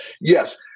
yes